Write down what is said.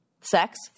Sex